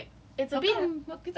ya exactly then we were like